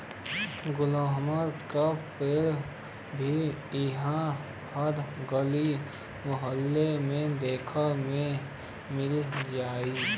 गुलमोहर के पेड़ भी इहा हर गली मोहल्ला में देखे के मिल जाई